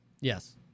yes